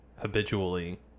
habitually